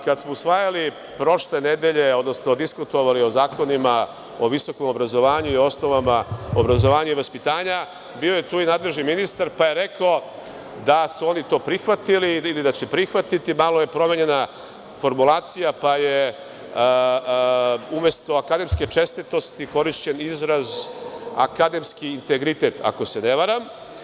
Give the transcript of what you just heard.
Kada smo diskutovali prošle nedelje o zakonima o visokom obrazovanju i osnovama obrazovanja i vaspitanja, bio je tu i nadležni ministar pa je rekao da su oni to prihvatili ili da će prihvatiti, malo je promenjena formulacija pa je umesto „akademske čestitosti“ korišćen izraz „akademski integritet“, ako se ne varam.